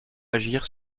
agir